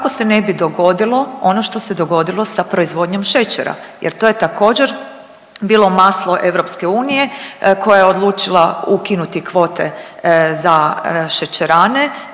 kako se ne bi dogodilo ono što se dogodilo sa proizvodnjom šećera jer to je također bilo maslo EU koja je odlučila ukinuti kvote za šećerane,